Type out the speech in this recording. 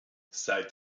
seit